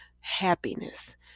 happiness